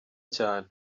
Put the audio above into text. cyane